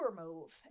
move